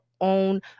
own